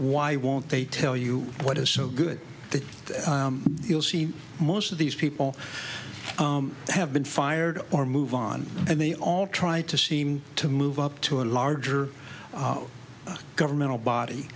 why won't they tell you what is so good that you'll see most of these people have been fired or move on and they all try to seem to move up to a larger governmental body